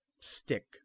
stick